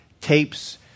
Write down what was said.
tapes